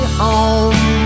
home